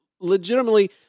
legitimately